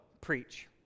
preach